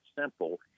simple